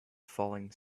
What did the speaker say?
falling